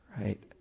right